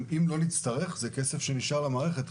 אם לא נצטרך, זה כסף שנשאר למערכת.